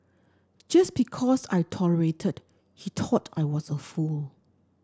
just because I tolerated he thought I was a fool